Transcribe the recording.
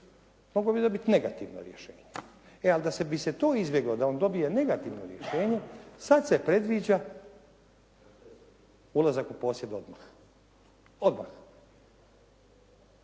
mogao bi dobiti negativno rješenje. E, a da bi se to izbjeglo da on dobije negativno rješenje, sad se predviđa ulazak u posjed odmah. Odmah.